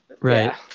right